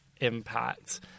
impact